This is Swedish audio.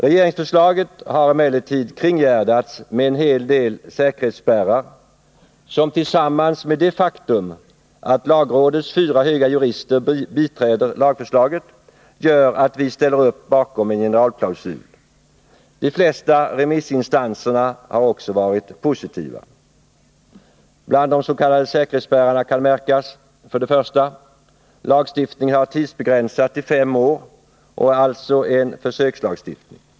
Regeringsförslaget har emellertid kringgärdats med en hel del säkerhetsspärrar som, tillsammans med det faktum att lagrådets fyra höga jurister biträder lagförslaget, gör att vi ställer upp bakom en generalklausul. De flesta remissinstanser är också positiva. Bland de s.k. säkerhetsspärrarna kan märkas: 1. Lagstiftningen har tidsbegränsats till 5 år och är alltså en försökslagstiftning.